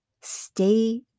Stay